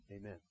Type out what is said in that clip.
amen